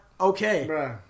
Okay